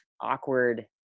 awkward